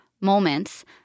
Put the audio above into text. moments